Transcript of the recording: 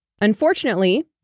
Unfortunately